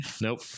Nope